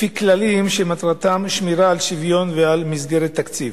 לפי כללים שמטרתם שמירה על שוויון ועל מסגרת תקציב.